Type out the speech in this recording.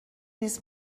نیست